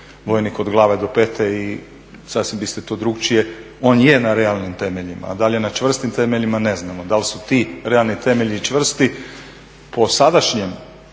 vojnik od glave do pete i sasvim biste to drukčije, on je na realnim temeljima ali da je na čvrstim temeljima ne znamo. da li su ti realni temelji čvrsti po sadašnjem